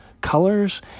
colors